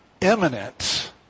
imminent